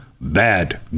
bad